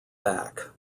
back